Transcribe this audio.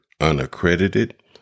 unaccredited